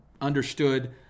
understood